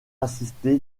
assisté